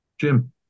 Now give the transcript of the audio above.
Jim